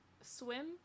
Swim